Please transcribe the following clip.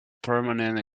permanent